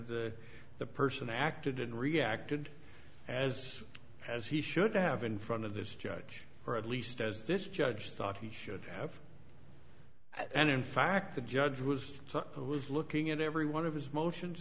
the person acted and reacted as has he should have in front of this judge for at least as this judge thought he should have and in fact the judge was looking at every one of his motions